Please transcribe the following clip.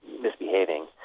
misbehaving